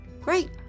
Great